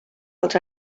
els